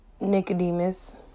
Nicodemus